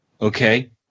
okay